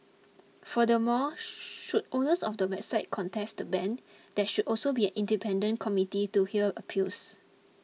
furthermore should owners of the website contest the ban there should also be an independent committee to hear appeals